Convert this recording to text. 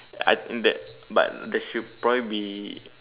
I that but there should probably be